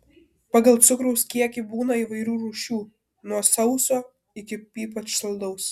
pagal cukraus kiekį būna įvairių rūšių nuo sauso iki ypač saldaus